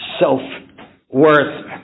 self-worth